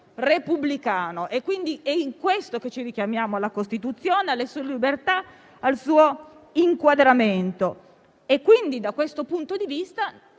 parlando, ed è in questo che ci richiamiamo alla Costituzione, alle sue libertà e al suo inquadramento. Da questo punto di vista,